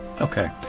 okay